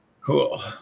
Cool